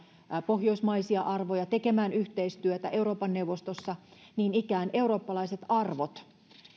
pohjoismaisia arvoja tekemään yhteistyötä euroopan neuvostossa niin ikään eurooppalaisilla